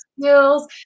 skills